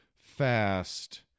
fast